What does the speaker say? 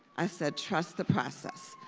i said trust the process,